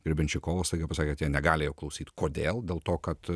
grebenščikovo sakė pasakė tie negali klausyti kodėl dėl to kad